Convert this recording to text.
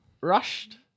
rushed